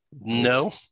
No